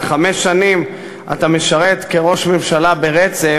וחמש שנים אתה משרת כראש ממשלה ברצף.